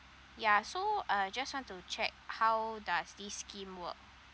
yeah so uh just want to check how does this scheme work